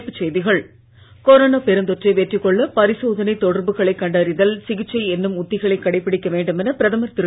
தலைப்புச் செய்திகள் கொரோனா பெருந்தொற்றை வெற்றி கொள்ள பரிசோதனை தொடர்புகளைக் கண்டறிதல் சிகிச்சை என்னும் உத்திகளை கடைபிடிக்க வேண்டும் என பிரதமர் திரு